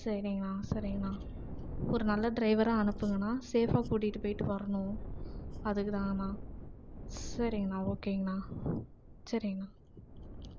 சரிங்ண்ணா சரிங்ண்ணா ஒரு நல்ல டிரைவராக அனுப்புங்கண்ணா சேஃபாக கூட்டிகிட்டு போயிட்டு வரணும் அதுக்குதாண்ணா சரிங்ண்ணா ஓகேங்கண்ணா சரிங்கண்ணா